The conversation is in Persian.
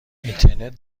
اینترنت